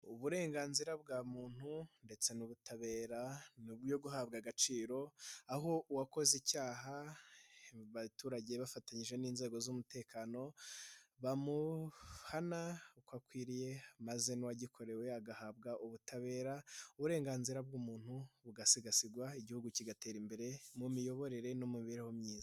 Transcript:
Uburenganzira bwa muntu ndetse n'ubutabera n'ubwo guhabwa agaciro, aho uwakoze icyaha baturage bafatanyije n'inzego z'umutekano bamuhana uko akwiriye, maze n'uwagikorewe agahabwa ubutabera uburenganzira bw'umuntu bugasigasirwa igihugu kigatera imbere mu miyoborere no mu mimibereho myiza.